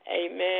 Amen